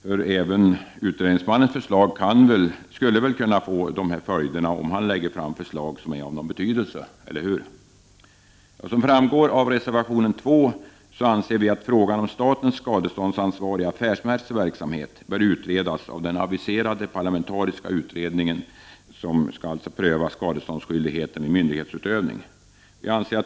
För även utredningsmannens förslag kan väl få dessa följder, om han lägger fram förslag av någon betydelse, eller hur? Som framgår av reservation 2 anser vi att frågan om statens skadeståndsansvar i affärsmässig verksamhet bör utredas av den aviserade parlamentariska utredningen om skadeståndsskyldighet vid myndighetsutövning.